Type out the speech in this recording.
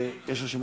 רשימת